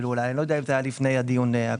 אני לא יודע אם זה היה לפני הדיון הקודם.